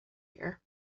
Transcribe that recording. here